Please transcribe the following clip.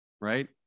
right